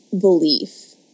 belief